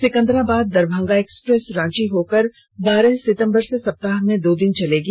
Secunderabad Darbhanga express Ranchi होकर बारह सितंबर से सप्ताह में दो दिन चलेगी